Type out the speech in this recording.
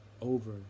over